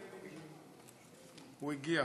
הוא הגיע.